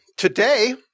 Today